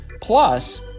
plus